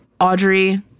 Audrey